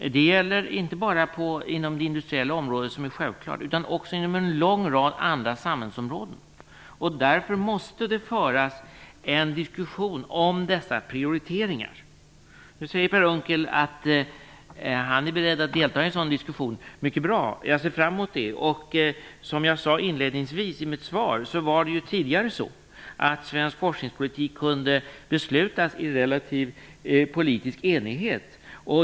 Det gäller inte bara inom det industriella området, vilket är självklart, utan också inom en lång rad andra samhällsområden. Därför måste det föras en diskussion om dessa prioriteringar. Per Unckel säger att han är beredd att delta i en sådan diskussion. Det är mycket bra! Jag ser fram emot det. Som jag sade inledningsvis i mitt svar kunde svensk forskningspolitik tidigare beslutas i relativ politisk enighet.